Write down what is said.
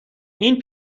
این